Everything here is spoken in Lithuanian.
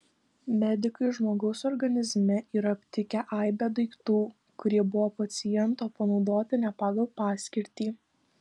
medikai žmogaus organizme yra aptikę aibę daiktų kurie buvo paciento panaudoti ne pagal paskirtį